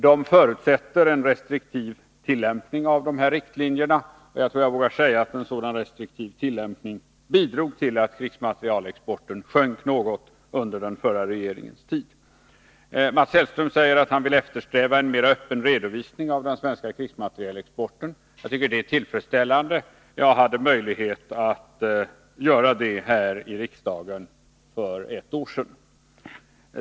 De förutsätter en restriktiv tillämpning av dessa riktlinjer, och jag tror jag vågar säga att en sådan restriktiv tillämpning bidrog till att krigsmaterielexporten sjönk något under förra regeringens tid. Mats Hellström säger att han vill eftersträva en mera öppen redovisning av den svenska krigsmaterielexporten. Jag tycker detta är tillfredsställande. Jag hade möjlighet att uttrycka samma strävan i riksdagen för ett år sedan.